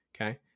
Okay